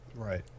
right